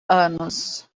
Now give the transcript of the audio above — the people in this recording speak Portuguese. anos